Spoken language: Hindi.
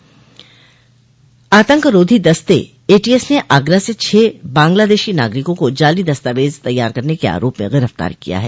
आतंकरोधी दस्ते एटीएस ने आगरा से छह बांग्लादेशी नागरिकों को जाली दस्तावेज तैयार करने के आरोप में गिरफ्तार किया है